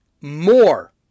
more